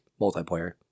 multiplayer